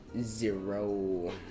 Zero